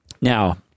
now